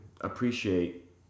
appreciate